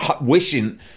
wishing